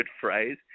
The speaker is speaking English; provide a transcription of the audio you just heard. phrase